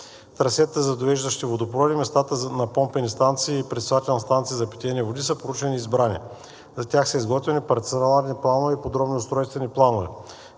Трасетата за довеждащи водопроводи, местата на помпени станции и пречиствателна станция за питейни води са проучени и избрани. За тях са изготвени парцеларни планове и подробни устройствени планове.